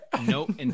Nope